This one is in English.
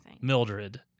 Mildred